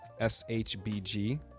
SHBG